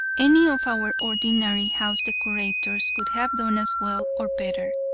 any of our ordinary house decorators could have done as well or better.